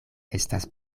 estas